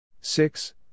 Six